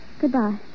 goodbye